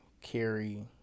carry